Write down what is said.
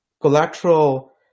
collateral